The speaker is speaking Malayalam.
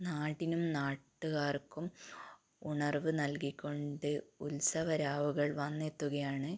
നാടിനും നാട്ടുകാർക്കും ഉണർവ്വ് നൽകിക്കൊണ്ട് ഉത്സവരാവുകൾ വന്നെത്തുകയാണ്